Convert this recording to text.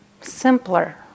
simpler